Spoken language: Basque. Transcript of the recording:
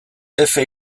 efe